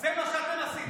זה מה שאתם עשיתם.